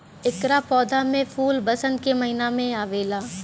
एकरा पौधा में फूल वसंत के महिना में आवेला